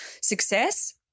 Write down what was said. success